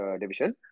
division